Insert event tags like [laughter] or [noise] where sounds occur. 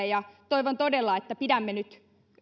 [unintelligible] ja toivon todella että pidämme nyt